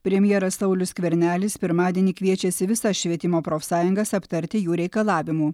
premjeras saulius skvernelis pirmadienį kviečiasi visas švietimo profsąjungas aptarti jų reikalavimų